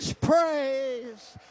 praise